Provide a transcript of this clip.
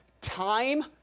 time